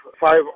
five